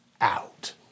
out